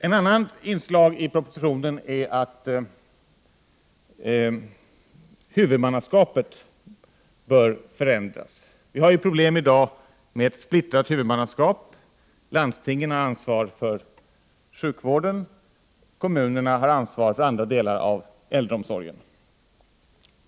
Ett annat inslag i propositionen är att huvudmannaskapet bör förändras. I dag har vi problem med splittrat huvudmannaskap. Landstingen har ansvar för sjukvården, och kommunerna har ansvar för andra delar av äldreomsorgen.